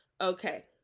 Okay